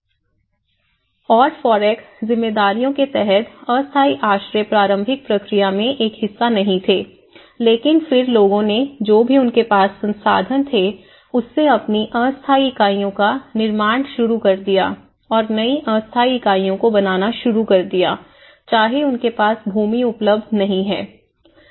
और F O R E C जिम्मेदारियों के तहत अस्थायी आश्रय प्रारंभिक प्रक्रिया में एक हिस्सा नहीं थे लेकिन फिर लोगों ने जो भी उनके पास संसाधन थे उससे अपनी अस्थायी इकाइयों का निर्माण शुरू कर दिया और नई अस्थायी इकाइयों को बनाना शुरू कर दिया चाहे उनके पास भूमि उपलब्ध नहीं है